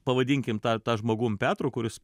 pavadinkim tą tą žmogum petru kuris